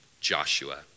Joshua